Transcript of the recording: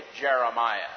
Jeremiah